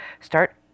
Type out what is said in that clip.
start